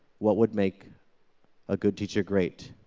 what would make a good teacher great?